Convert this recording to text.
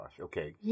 Okay